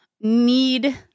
need